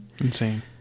Insane